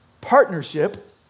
partnership